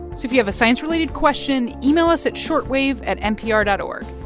so if you have a science-related question, email us at shortwave at npr dot o r g.